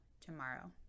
tomorrow